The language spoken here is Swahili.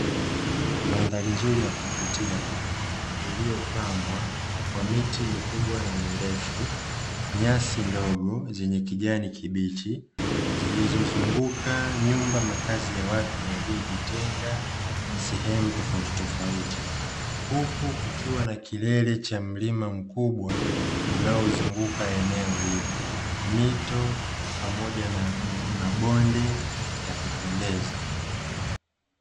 Mandhari nzuri ya kuvutia iliyopambwa kwa miti mikubwa na mirefu nyasi ndogo zenye kijani kibichi zilizozunguka nyumba makazi ya watu yaliyojitenga sehemu tofauti tofauti, huku kukiwa na kilele cha mlima mkubwa unaozunguka eneo hilo mito pamoja na mabonde ya kupendeza.